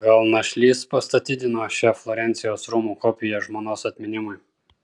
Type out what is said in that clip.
gal našlys pastatydino šią florencijos rūmų kopiją žmonos atminimui